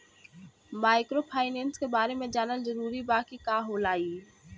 Microfinance के बारे में जानल जरूरी बा की का होला ई?